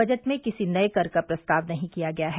budget में किसी नये कर का प्रस्ताव नहीं किया गया है